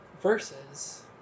versus